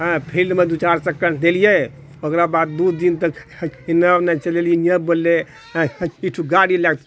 फील्डमे दू चारि चक्कर देलिऐ ओकर बाद दू दिन तक हिने उने चलेलिऐ ई बोललए ई ठो गाड़ी लए कए